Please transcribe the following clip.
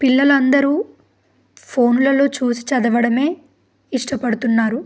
పిల్లలందరూ ఫోన్లలో చూసి చదవడమే ఇష్టపడుతున్నారు